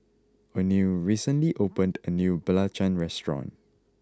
Oneal recently opened a new Belacan restaurant